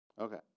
Okay